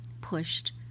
pushed